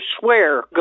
swear